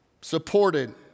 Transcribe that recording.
supported